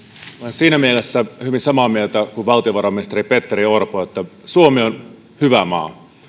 siinä mielessä hyvin samaa mieltä kuin valtiovarainministeri petteri orpo että suomi on hyvä maa